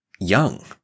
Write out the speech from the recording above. young